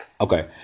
Okay